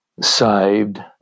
saved